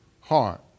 heart